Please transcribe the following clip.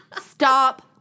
Stop